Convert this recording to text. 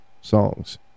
songs